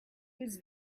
whose